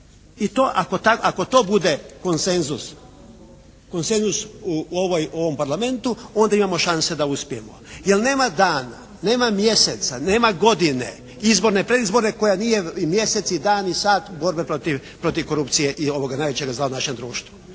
i to ako to bude konsenzus u ovom Parlamentu onda imamo šanse da uspijemo. Jer nama dana, nema mjeseca, nema godine izborne, predizborne koja nije mjesec i dan i sat borbe protiv korupcije i ovoga najvećega zla u našem društvu.